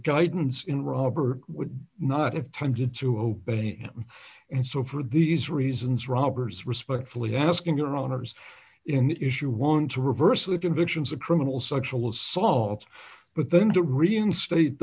guidance in rob or would not have time to to obey him and so for these reasons robbers respectfully asking their owners in issue one to reverse the convictions of criminal sexual assault but then to reinstate